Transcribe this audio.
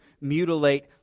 mutilate